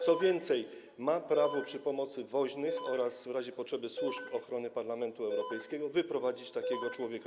Co więcej, ma prawo przy pomocy woźnych oraz, w razie potrzeby, służb ochrony Parlamentu Europejskiego wyprowadzić takiego człowieka.